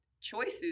choices